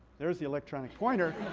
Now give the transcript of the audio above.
there's the electronic pointer.